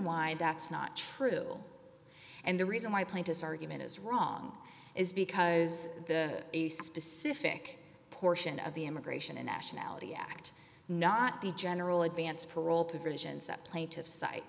why that's not true and the reason why plaintiffs argument is wrong is because the specific portion of the immigration and nationality act not the general advance parole provisions that plaintiff's cite